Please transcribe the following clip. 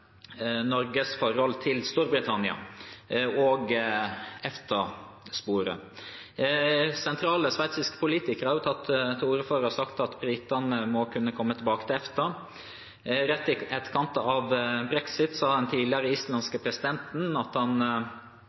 Norges forhold til Storbritannia og EFTA-sporet: Sentrale sveitsiske politikere har tatt til orde for og sagt at britene må kunne komme tilbake til EFTA. Rett i etterkant av brexit sa den tidligere islandske presidenten at han mente at brexit var positivt for vårt område i verden. Han